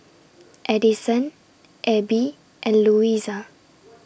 Addison Abbey and Louisa